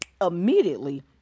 immediately